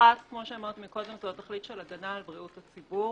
אחת כאמור היא הגנה על בריאות הציבור